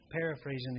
Paraphrasing